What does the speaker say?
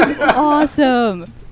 Awesome